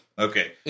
Okay